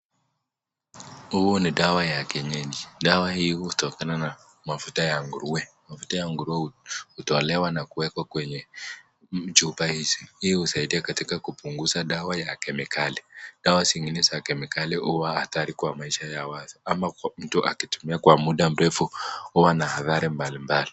Huu ni dawa ta kienyeji, dawa hii hutokana na mafuta ya nguruwe, mafuta ya ngutuwe hutolewa na kuwekwa kwenye chupa hizi, hii husaidia katika kupunguza dawa ya kemikali, dawa zingine za kemikali huwa hatari katika maisha ya watu, ama mtu akitumia kwa muda mrefu huwa na adhari mbalimbali .